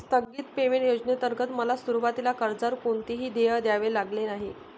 स्थगित पेमेंट योजनेंतर्गत मला सुरुवातीला कर्जावर कोणतेही देय द्यावे लागले नाही